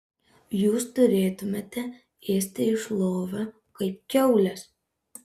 jūs turėtumėte ėsti iš lovio kaip kiaulės